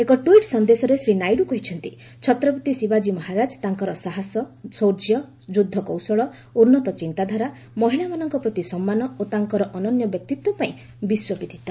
ଏକ ଟ୍ୱିଟ୍ ସନ୍ଦେଶରେ ଶ୍ରୀ ନାଇଡୁ କହିଛନ୍ତି ଛତ୍ରପତି ଶିବାଜୀ ମହାରାଜ ତାଙ୍କର ସାହସ ସୌର୍ଯ୍ୟ ଯୁଦ୍ଧକୌଶଳ ଉନ୍ନତ ଚିନ୍ତାଧାରା ମହିଳାମାନଙ୍କ ପ୍ରତି ସମ୍ମାନ ଓ ତାଙ୍କର ଅନନ୍ୟ ବ୍ୟକ୍ତିତ୍ୱ ପାଇଁ ବିଶ୍ୱବିଦିତ